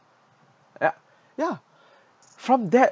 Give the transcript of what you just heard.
ya ya from that